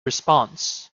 response